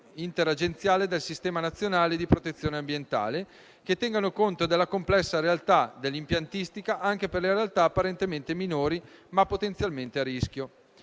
interagenziale del Sistema nazionale di protezione ambientale, che tengano conto della complessa realtà dell'impiantistica anche per le realtà apparentemente minori, ma potenzialmente a rischio.